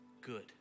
good